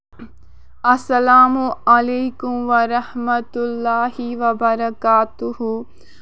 اَلسلامُ علیکُم ورحمۃ اللہ وَبرکاتہ